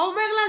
אומר לה,